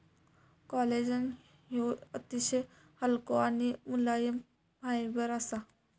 collagen ह्यो अतिशय हलको आणि मुलायम फायबर असा